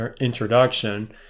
introduction